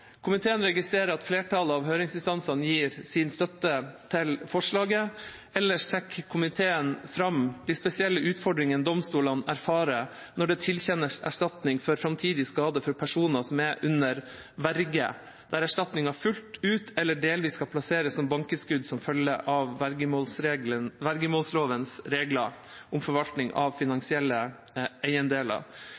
Komiteen registrerer at flertallet av høringsinstansene gir sin støtte til forslaget. Ellers trekker komiteen fram de spesielle utfordringene domstolene erfarer når det tilkjennes erstatning for framtidig skade for personer som er under verge, der erstatningen fullt ut eller delvis skal plasseres som bankinnskudd som følge av vergemålslovens regler om forvaltning av